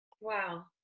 Wow